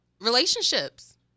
Relationships